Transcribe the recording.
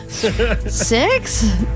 Six